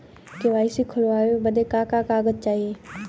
KYC खोलवावे बदे का का कागज चाही?